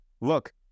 look